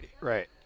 Right